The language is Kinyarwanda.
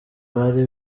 bari